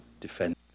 defend